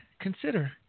consider